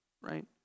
right